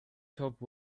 top